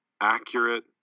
accurate